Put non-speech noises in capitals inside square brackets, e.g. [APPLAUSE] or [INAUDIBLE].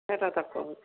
[UNINTELLIGIBLE]